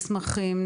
מסמכים,